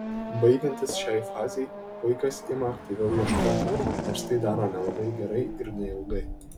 baigiantis šiai fazei vaikas ima aktyviau ieškoti nors tai daro nelabai gerai ir neilgai